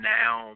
now